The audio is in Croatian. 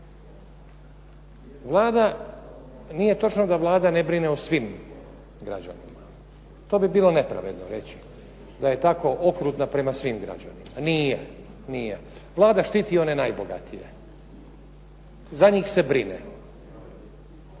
Nije točno da Vlada ne brine o svim građanima, to bi bilo nepravedno reći da je tako okrutna prema svim građanima. Nije. Vlada štiti one najbogatije. Za njih se brine.